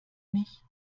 mich